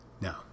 No